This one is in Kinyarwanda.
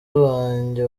banjye